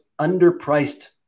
underpriced